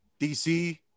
DC